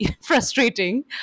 frustrating